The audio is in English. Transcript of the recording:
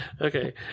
Okay